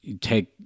take